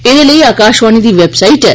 एदे लेई आकाशवाणी दी वेबसाइट ऐ